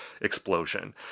explosion